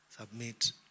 Submit